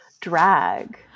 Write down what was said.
drag